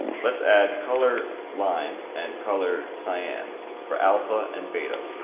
let's add color lime and color cyan for alpha and beta,